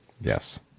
Yes